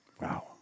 Wow